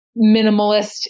minimalist